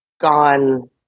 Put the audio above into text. gone